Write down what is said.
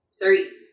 Three